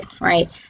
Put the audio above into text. right